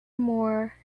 more